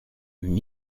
une